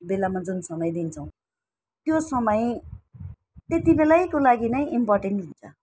बेलामा जुन समय दिन्छौँ त्यो समय त्यत्ति बेलैको लागि नै इम्पोटेन्ट हुन्छ